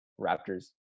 Raptors